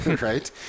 right